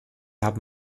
haben